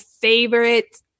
favorite